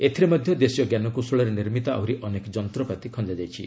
ଏଥିରେ ମଧ୍ୟ ଦେଶୀୟ ଞ୍ଜାନକୌଶଳରେ ନିର୍ମିତ ଆହୁରି ଅନେକ ଯନ୍ତ୍ରପାତି ଖଞ୍ଜାଯାଇଛି